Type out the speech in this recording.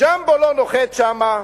"ג'מבו" לא נוחת שם,